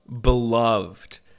beloved